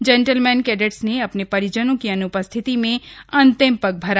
gentleman कैडेटों ने अपने परिजनों की अन्पस्थिति में अंतिम पग भरा